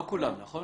לא כולם, נכון?